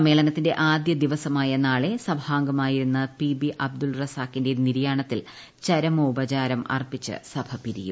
സമ്മേളനത്തിന്റെ ആദ്യ ദിവസമായ നാളെ സഭാംഗമായിരുന്ന പി ബി അബ്ദുൾ റസാക്കിന്റെ നിര്യാണത്തിൽ ചരമോപചാരം അർപ്പിച്ച് സഭ പിരിയും